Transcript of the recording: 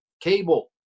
cable